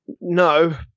No